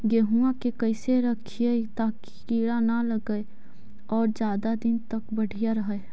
गेहुआ के कैसे रखिये ताकी कीड़ा न लगै और ज्यादा दिन तक बढ़िया रहै?